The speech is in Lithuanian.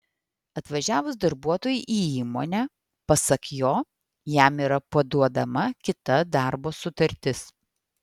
atvažiavus darbuotojui į įmonę pasak jo jam yra paduodama kita darbo sutartis